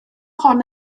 hon